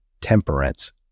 temperance